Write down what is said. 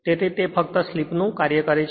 તેથી તે ફક્ત સ્લિપ નું કાર્ય છે